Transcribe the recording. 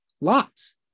lots